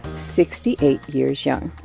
sixty-eight years young.